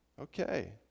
Okay